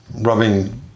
rubbing